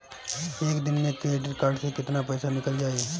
एक दिन मे क्रेडिट कार्ड से कितना पैसा निकल जाई?